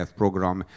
program